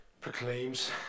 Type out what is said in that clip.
proclaims